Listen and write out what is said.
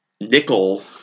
nickel